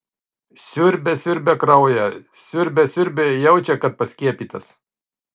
siurbia siurbia kraują siurbia siurbia jaučia kad paskiepytas